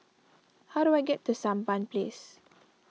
how do I get to Sampan Place